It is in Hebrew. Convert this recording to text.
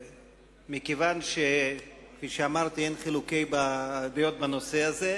מכיוון שכפי שאמרתי אין חילוקי דעות בנושא הזה,